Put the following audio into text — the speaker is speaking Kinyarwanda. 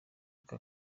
aka